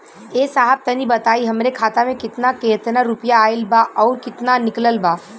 ए साहब तनि बताई हमरे खाता मे कितना केतना रुपया आईल बा अउर कितना निकलल बा?